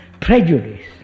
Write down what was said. prejudice